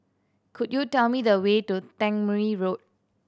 could you tell me the way to Tangmere Road